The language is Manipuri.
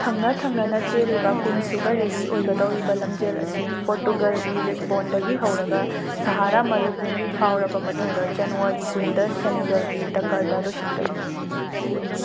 ꯊꯪꯅ ꯊꯪꯅꯅ ꯆꯦꯜꯂꯤꯕ ꯀꯨꯟꯁꯨꯕ ꯔꯦꯂꯤ ꯑꯦꯏꯒꯗꯧꯔꯤꯕ ꯂꯝꯖꯦꯜ ꯑꯁꯤ ꯄꯣꯔꯇꯨꯒꯜꯒꯤ ꯂꯤꯁꯕꯣꯟꯗꯒꯤ ꯍꯧꯔꯒ ꯁꯍꯥꯔꯥ ꯃꯔꯨꯚꯨꯃꯤ ꯐꯥꯎꯔꯕ ꯃꯇꯨꯡꯗ ꯖꯅꯋꯥꯔꯤ ꯀꯨꯟꯗ ꯁꯦꯅꯦꯒꯜꯒꯤ ꯗꯀꯔꯗ ꯂꯣꯏꯁꯤꯟꯒꯅꯤ